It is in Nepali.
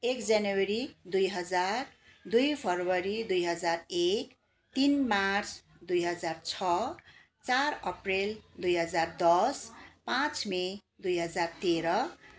एक जनवरी दुई हजार दुई फेब्रुअरी दुई हजार एक तिन मार्च दुई हजार छ चार अप्रेल दुई हजार दस पाँच मई दुई हजार तेह्र